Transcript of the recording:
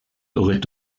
aurait